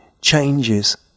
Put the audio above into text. changes